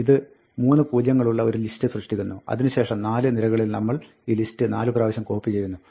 ഇത് 3 പൂജ്യങ്ങളുള്ള ഒരു ലിസ്റ്റ് സൃഷ്ടിക്കുന്നു അതിനുശേഷം നാല് നിരകളിൽ നമ്മൾ ഈ ലിസ്റ്റ് നാല് പ്രവശ്യം കോപ്പി ചെയ്യുന്നു